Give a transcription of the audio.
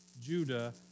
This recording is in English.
Judah